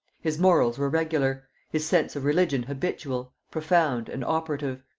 his morals were regular his sense of religion habitual, profound, and operative.